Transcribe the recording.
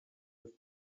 azi